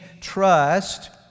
trust